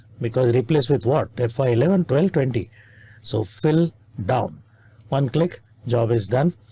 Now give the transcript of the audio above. because replaced with. what if i eleven twelve twenty so fill down one click job is done.